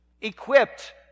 equipped